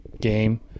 game